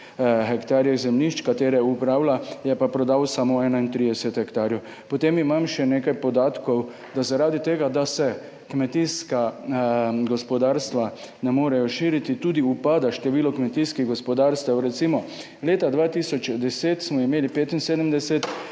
hektarjev zemljišč, ki jih upravlja, je pa prodal samo 31 hektarjev. Potem imam še nekaj podatkov, da zaradi tega, ker se kmetijska gospodarstva ne morejo širiti, tudi upada število kmetijskih gospodarstev. Recimo, leta 2010 smo imeli 75